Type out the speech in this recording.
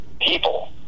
people